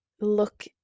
look